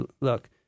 look